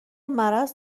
مرض